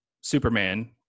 superman